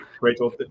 Rachel